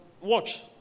watch